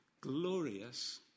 Glorious